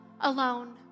alone